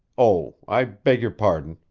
oh, i beg your pardon!